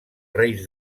reis